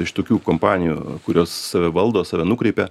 iš tokių kompanijų kurios save valdo save nukreipia